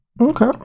okay